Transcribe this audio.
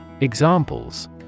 Examples